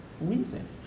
reason